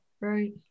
Right